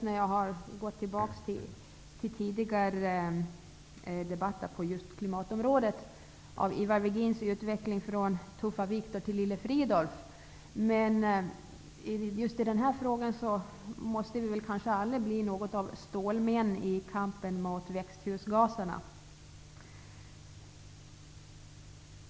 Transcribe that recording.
När jag har gått tillbaka till tidigare debatter om just klimatfrågor har även jag frapperats av Ivar Men när det gäller just den här frågan måste vi väl alla bli något av stålmän i kampen mot växthusgaserna.